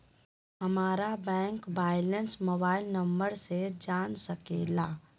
हमारा bank balance mobile number से जान सके ला?